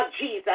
Jesus